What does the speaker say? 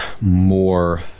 more